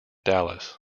dallas